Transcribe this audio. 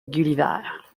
gulliver